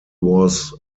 was